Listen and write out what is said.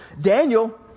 Daniel